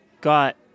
got